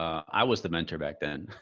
i was the mentor back then.